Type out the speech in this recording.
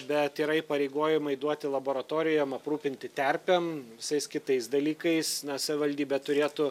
bet yra įpareigojimai duoti laboratorijom aprūpinti terpėm visais kitais dalykais na savivaldybė turėtų